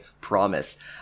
Promise